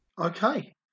Okay